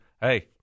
hey